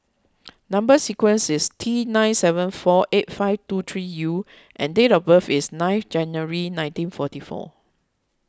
Number Sequence is T nine seven four eight five two three U and date of birth is ninth January nineteen forty four